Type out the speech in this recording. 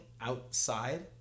outside